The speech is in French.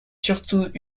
surtout